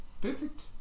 Perfect